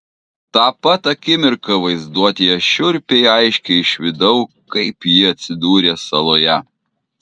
tą pat akimirką vaizduotėje šiurpiai aiškiai išvydau kaip ji atsidūrė saloje